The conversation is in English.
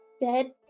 dead